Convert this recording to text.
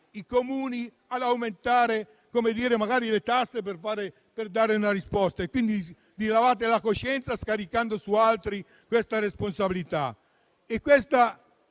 i Comuni ad aumentare le tasse per dare una risposta. Vi lavate la coscienza scaricando su altri la responsabilità.